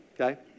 okay